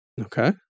Okay